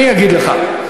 אני אגיד לך.